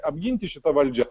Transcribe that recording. apginti šitą valdžią